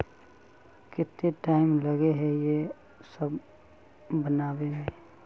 केते टाइम लगे है ये सब बनावे में?